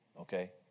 okay